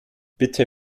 bitte